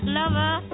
lover